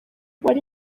wari